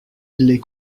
les